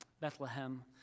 Bethlehem